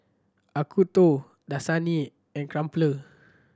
Acuto Dasani and Crumpler